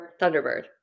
Thunderbird